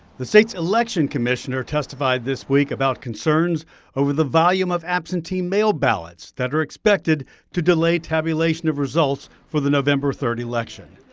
the state's election commissioner testified this week about concerns over the volume of absentee mail ballots that are expected to delay delay tabulation of results for the november third election.